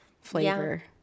flavor